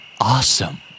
Awesome